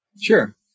Sure